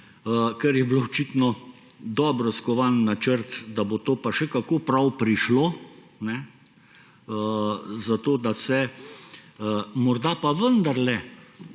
kar je bilo očitno dobro skovan načrt, da bo to pa še kako prav prišlo, zato da se morda pa vendarle